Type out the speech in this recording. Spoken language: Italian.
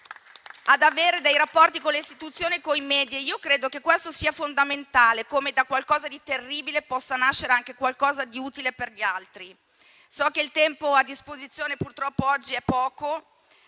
ad avere rapporti con le istituzioni e con i media. Credo che questo sia fondamentale e che mostri come da qualcosa di terribile possa nascere qualcosa di utile per gli altri. So che il tempo a disposizione purtroppo oggi è poco,